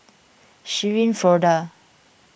Shirin Fozdar